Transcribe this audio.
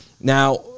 Now